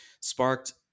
sparked